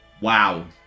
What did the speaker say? Wow